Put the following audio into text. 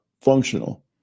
functional